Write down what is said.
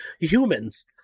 humans